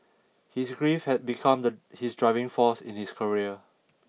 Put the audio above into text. his grief had become the his driving force in his career